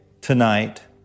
tonight